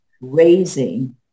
raising